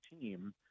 team